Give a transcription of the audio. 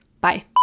Bye